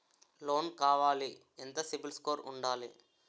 Loan కావాలి ఎంత CIBIL score ఉండాలి?